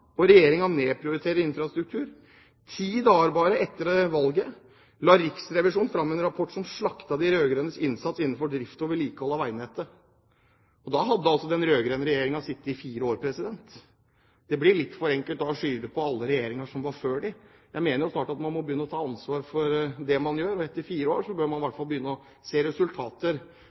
og Regjeringen nedprioriterer infrastruktur. Bare ti dager etter valget la Riksrevisjonen fram en rapport som slaktet de rød-grønnes innsats innenfor drift og vedlikehold av veinettet. Da hadde den rød-grønne regjeringen sittet i fire år. Det blir litt for enkelt å skylde på alle regjeringer som var før dem. Jeg mener snart man må begynne å ta ansvar for det man gjør, og etter fire år bør man begynne å se resultater.